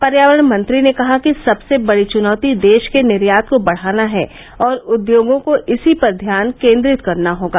पर्यावरण मंत्री ने कहा कि सबसे बड़ी चुनौती देश के निर्यात को बढ़ाना है और उद्योगों को इसी पर ध्यान केंद्रित करना होगा